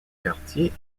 quartiers